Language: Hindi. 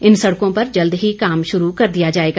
इन सड़कों पर जल्द ही काम शुरू कर दिया जाएगा